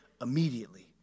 immediately